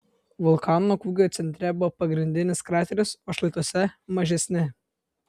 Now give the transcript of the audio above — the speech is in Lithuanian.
vulkano kūgio centre buvo pagrindinis krateris o šlaituose mažesni